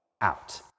out